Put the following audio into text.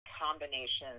combinations